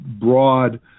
broad